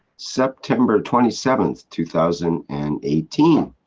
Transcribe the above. september twenty seven, two thousand and eighteen.